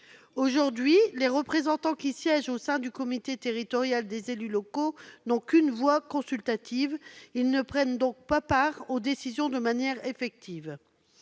Aujourd'hui, leurs représentants qui siègent au sein du comité territorial des élus locaux n'ont qu'une voix consultative ; ils ne prennent donc pas part aux décisions de manière effective.